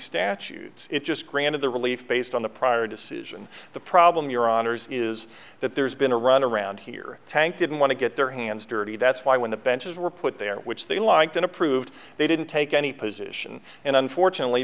statute it just granted the relief based on the prior decision the problem your honour's is that there's been a run around here tank didn't want to get their hands dirty that's why when the benches were put there which they liked and approved they didn't take any position and unfortunately